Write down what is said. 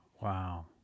Wow